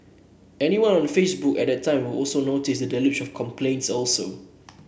anyone on Facebook at that time would also notice the deluge of complaints also